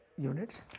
units